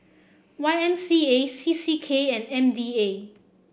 Y M C A C C K and M D A